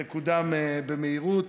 זה קודם במהירות,